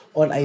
on